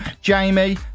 jamie